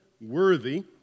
Worthy